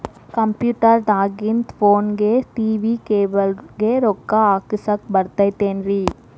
Computer ದಾಗಿಂದ್ ಫೋನ್ಗೆ, TV cable ಗೆ, ರೊಕ್ಕಾ ಹಾಕಸಾಕ್ ಬರತೈತೇನ್ರೇ?